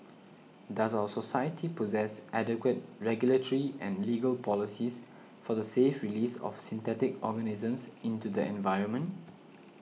does our society possess adequate regulatory and legal policies for the safe release of synthetic organisms into the environment